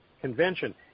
convention